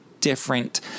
different